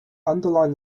underline